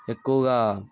ఎక్కువగా